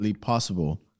possible